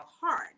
hard